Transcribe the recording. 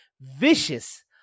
vicious